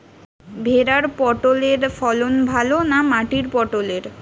ভেরার পটলের ফলন ভালো না মাটির পটলের?